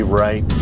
right